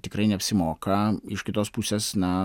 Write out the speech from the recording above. tikrai neapsimoka iš kitos pusės na